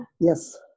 Yes